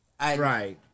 Right